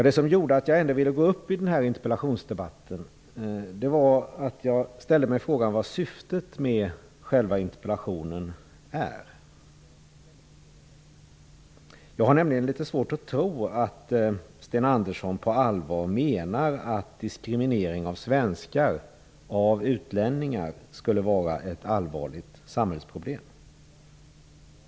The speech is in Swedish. Det som gjorde att jag ändå ville gå upp i den här interpellationsdebatten var att jag ställde mig frågan vad syftet med själva interpellation en är. Jag har nämligen litet svårt att tro att Sten Andersson på allvar menar att utlänningars diskriminering av svenskar skulle vara ett allvarligt samhällsproblem.